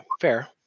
fair